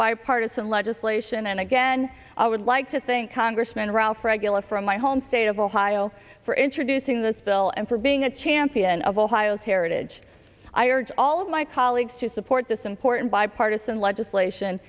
bipartisan legislation and again i would like to think congressman ralph regulus from my home state of ohio for introducing this bill and for being a champion of ohio's heritage i urge all of my colleagues to support this important bipartisan legislation